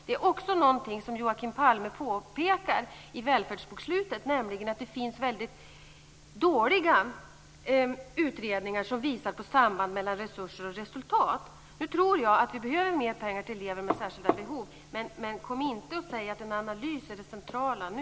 Det är också någonting som Joakim Palme påpekar i välfärdsbokslutet, nämligen att det finns väldigt dåliga utredningar som visar på samband mellan resurser och resultat. Nu tror jag att vi behöver mer pengar till elever med särskilda behov. Men kom inte och säg att en analys är det centrala nu!